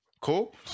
cool